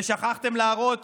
ושכחתם להראות